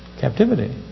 captivity